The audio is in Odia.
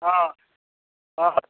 ହଁ ହଁ